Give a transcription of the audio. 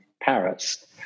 paris